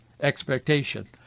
expectation